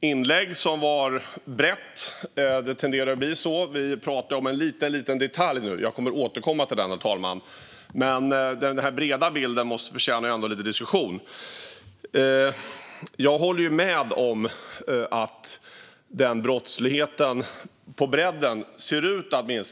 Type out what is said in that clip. inlägg, som var brett - det tenderar att bli så. Vi pratar om en liten detalj nu, och jag kommer att återkomma till den, herr talman. Men den breda bilden förtjänar ändå lite diskussion. Jag håller med om att bredden i brottsligheten ser ut att minska.